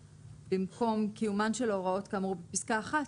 במקום "קיומן של ההוראות כאמור בפסקה (1)"